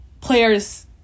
players